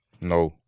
No